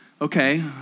okay